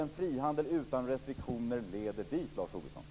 En frihandel utan restriktioner leder dit, Lars Tobisson!